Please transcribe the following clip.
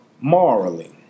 morally